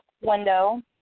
window